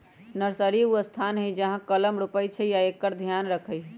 nursery उ स्थान हइ जहा कलम रोपइ छइ आ एकर ध्यान रखहइ